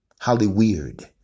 Hollyweird